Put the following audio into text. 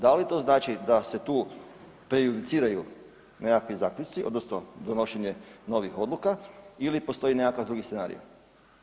Da li to znači da se tu prejudiciraju nekakvi zaključci odnosno donošenje novih odluka ili postoji nekakav drugi scenarijo?